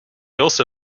also